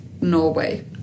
Norway